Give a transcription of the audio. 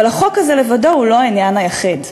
אבל החוק הזה לבדו הוא לא העניין היחיד,